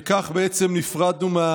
וכך נפרדנו.